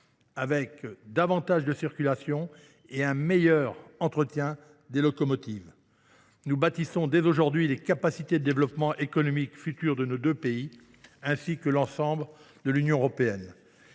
Avec davantage de circulation et un meilleur entretien des locomotives, nous bâtissons dès aujourd’hui les capacités de développement économique de nos deux pays, ainsi que de l’ensemble de l’Union européenne.